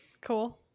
Cool